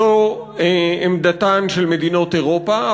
זו עמדתן של מדינות אירופה,